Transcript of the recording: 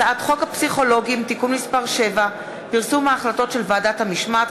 הצעת חוק הפסיכולוגים (תיקון מס' 7) (פרסום ההחלטות של ועדת המשמעת),